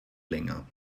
länger